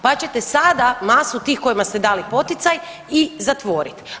Pa ćete sada masu tih kojima ste dali poticaj i zatvoriti.